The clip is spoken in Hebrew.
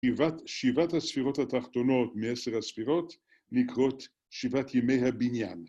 שבעת הספירות התחתונות מעשר הספירות נקראות שבעת ימי הבניין.